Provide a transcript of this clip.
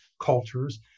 cultures